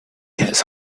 has